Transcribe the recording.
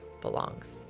belongs